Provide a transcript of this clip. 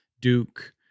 Duke